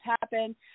happen